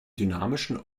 dynamischen